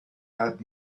had